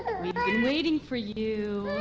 i'm waiting for you